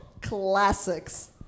Classics